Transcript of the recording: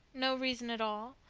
no reason at all.